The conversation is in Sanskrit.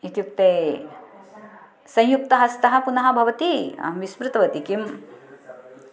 इत्युक्ते संयुक्तहस्तः पुनः भवति अहं विस्मृतवती किम्